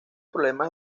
problemas